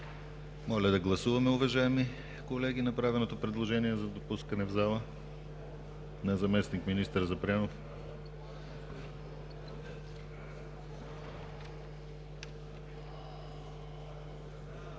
Моля да гласуваме, уважаеми колеги, направеното предложение за допускане в залата на заместник-министър Запрянов.